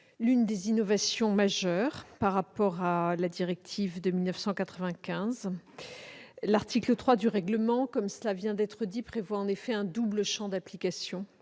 une innovation majeure par rapport à la directive de 1995. L'article 3 du règlement, comme cela vient d'être dit, prévoit en effet un double champ d'application.